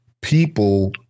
people